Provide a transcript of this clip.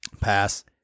Pass